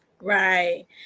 Right